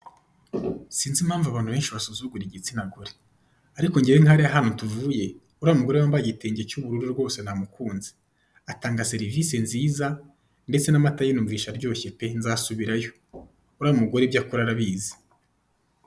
Sinzi impamvu abantu benshi basuzugura igitsina gore; ariko ngewe nka hariya hantu tuvuye, uriya mugore wambaye igitenge cy'ubururu rwose namukunze! Atanga serivise nziza, ndetse n'amata ye numvishe aryoshye pe! NzasubIrayo, uriya mugore ibyo akora arabizi.